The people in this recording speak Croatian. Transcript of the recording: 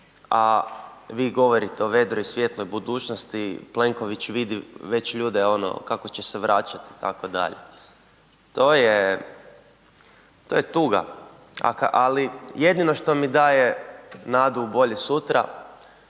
a vi govorite o vedroj i svijetloj budućnost, Plenković već vidi ljude ono kako će se vraćat itd. To je, to je tuga, ali jedino što mi daje nadu u bolje sutra